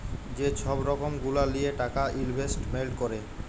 যে ছব রকম গুলা লিঁয়ে টাকা ইলভেস্টমেল্ট ক্যরে